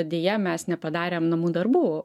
deja mes nepadarėm namų darbų